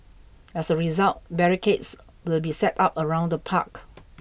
as a result barricades will be set up around the park